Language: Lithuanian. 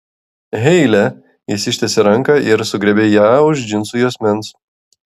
heile jis ištiesė ranką ir sugriebė ją už džinsų juosmens